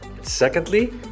Secondly